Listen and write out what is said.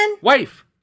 Wife